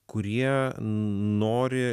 kurie nori